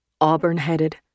auburn-headed